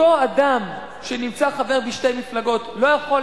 אותו אדם שנמצא חבר בשתי מפלגות לא יכול